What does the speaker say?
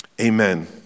Amen